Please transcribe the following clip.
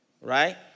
right